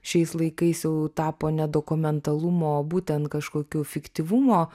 šiais laikais jau tapo ne dokumentalumo o būtent kažkokiu fiktyvumo